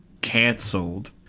canceled